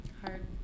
hard